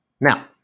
Now